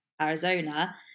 Arizona